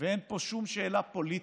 ואין פה שום שאלה פוליטית: